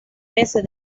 meses